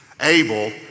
Abel